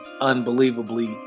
unbelievably